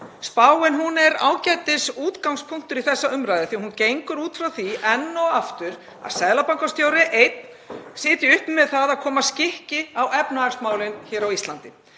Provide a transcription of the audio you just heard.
Spáin er ágætisútgangspunktur í þessa umræðu því að hún gengur út frá því enn og aftur að seðlabankastjóri sitji einn uppi með það að koma skikki á efnahagsmálin á Íslandi.